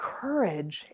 courage